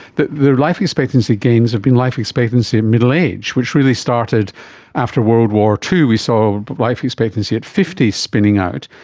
but the life expectancy gains have been life expectancy in middle age, which really started after world war ii, we saw and but life expectancy at fifty spitting out,